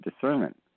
discernment